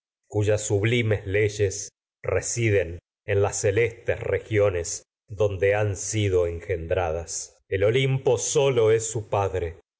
cuyas sublimes leyes residen en las celes tes regiones es su donde han sido engendradas el olimpo sólo padre